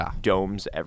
domes